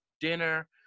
dinner